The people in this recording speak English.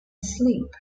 sleep